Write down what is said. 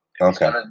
Okay